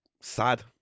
sad